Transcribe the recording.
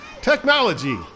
technology